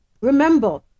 remember